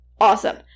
awesome